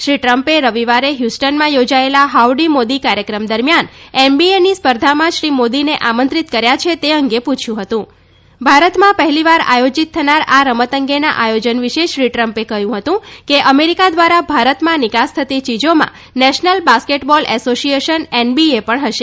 શ્રી ટ્રમ્પે રવિવારે હ્યસ્ટનમાં યોજાયેલી હાઉડી મોદી કાર્યક્રમમાં શ્રી મોદીને આમંત્રિત કર્યા છે તે અંગે પૂછ્યું હતું ભારતમાં પહેલીવાર આયોજીત થનાર આ રમત અંગેના આયોજન વિશે શ્રી ટ્રમ્પે કહ્યં હતું કે અમેરિકા દ્વારા ભારતમાં નિકાસ થતી ચીજોમાં national basketball association NBA પણ હશે